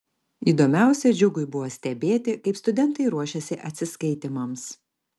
įdomiausia džiugui buvo stebėti kaip studentai ruošiasi atsiskaitymams